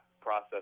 process